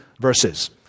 verses